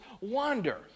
wander